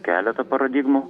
keletą paradigmų